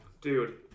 Dude